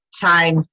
time